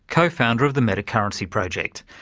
co-founder of the metacurrency project.